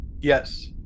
Yes